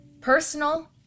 personal